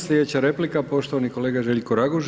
Sljedeća replika poštovani kolega Željko Raguž.